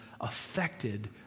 affected